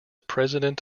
president